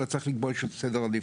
אלא צריך לקבוע סדר עדיפות.